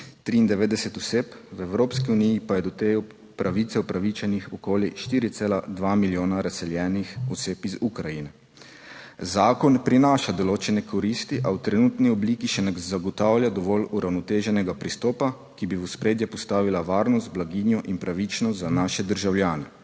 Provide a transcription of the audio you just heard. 9393 oseb. V Evropski uniji pa je do te pravice upravičenih okoli 4,2 milijona razseljenih oseb iz Ukrajine. Zakon prinaša določene koristi, a v trenutni obliki še ne zagotavlja dovolj uravnoteženega pristopa, ki bi v ospredje postavila varnost, blaginjo in pravičnost za naše državljane.